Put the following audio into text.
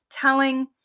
Telling